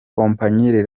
kompanyi